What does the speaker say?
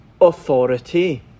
authority